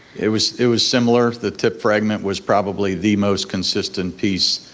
it was it was similar, the tip fragment was probably the most consistent piece.